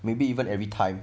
maybe even every time